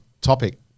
topic